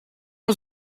was